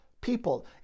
people